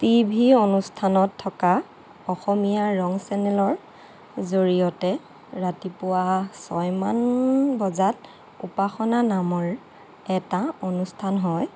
TV অনুষ্ঠানত থকা অসমীয়া ৰং চেনেলৰ জৰিয়তে ৰাতিপুৱা ছয়মান বজাত উপাসনা নামৰ এটা অনুষ্ঠান হয়